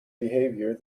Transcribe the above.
behaviour